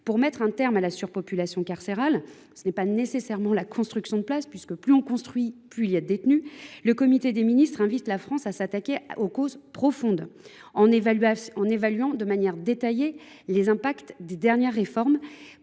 Mettre un terme à la surpopulation carcérale ne passe pas nécessairement par la construction de places de prison, puisque plus on construit, plus il y a de détenus. Le comité des ministres invite ainsi la France à s’attaquer aux causes profondes du phénomène, en évaluant de manière détaillée l’impact des dernières réformes